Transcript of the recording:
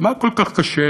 מה כל כך קשה,